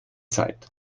zeit